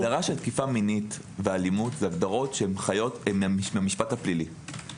ההגדרה של תקיפה מינית ואלימות הן מהמשפט הפלילי.